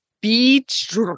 Beach